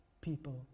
people